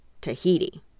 Tahiti